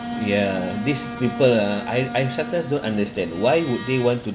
ya these people ah I I sometimes don't understand why would they want to